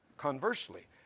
Conversely